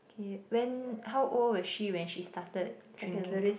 okay when how old was she when she starting drinking